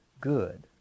good